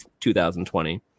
2020